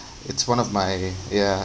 it's one of my ya